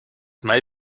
may